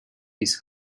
his